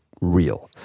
real